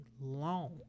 long